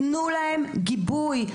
תנו להם גיבוי.